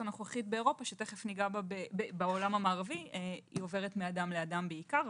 הנוכחית בעולם המערבי היא עוברת מאדם לאדם בעיקר,